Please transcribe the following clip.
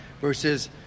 versus